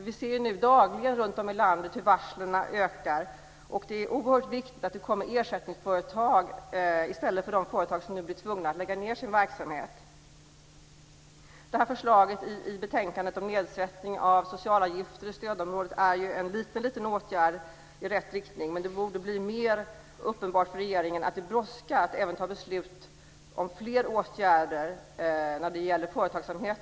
Vi ser ju dagligen runtom i landet hur varslen ökar, och det är oerhört viktigt att det kommer ersättningsföretag i stället för de företag som nu blir tvungna att lägga ned sin verksamhet. Förslaget i betänkandet om nedsättning av socialavgifter i stödområdet är en liten åtgärd i rätt riktning, men det borde bli mer uppenbart för regeringen att det brådskar att även fatta beslut om fler åtgärder när det gäller företagsamheten.